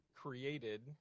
created